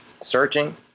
searching